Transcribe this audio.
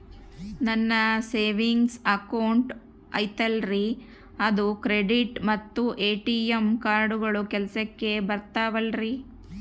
ನನ್ನ savings account ಐತಲ್ರೇ ಅದು ಕ್ರೆಡಿಟ್ ಮತ್ತ ಎ.ಟಿ.ಎಂ ಕಾರ್ಡುಗಳು ಕೆಲಸಕ್ಕೆ ಬರುತ್ತಾವಲ್ರಿ?